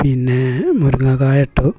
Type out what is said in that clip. പിന്നെ മുരിങ്ങാക്കായ ഇട്ടു